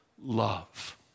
Love